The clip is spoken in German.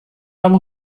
habe